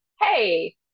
hey